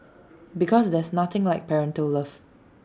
because there's nothing like parental love